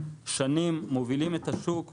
שנים מובילים את השוק,